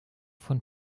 von